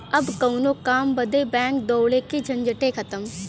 अब कउनो काम बदे बैंक दौड़े के झंझटे खतम